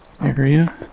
area